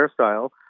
hairstyle